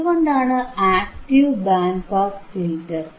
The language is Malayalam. എന്തുകൊണ്ടാണ് ആക്ടീവ് ബാൻഡ് പാസ് ഫിൽറ്റർ